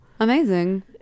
amazing